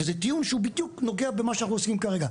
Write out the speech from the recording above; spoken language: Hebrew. וזה טיעון שבדיוק נוגע במה שאנחנו עוסקים בו עכשיו,